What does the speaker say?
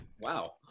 Wow